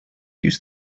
use